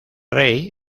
rey